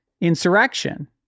insurrection